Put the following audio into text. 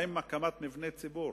מה עם הקמת מבני ציבור?